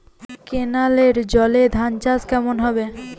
কেনেলের জলে ধানচাষ কেমন হবে?